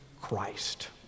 Christ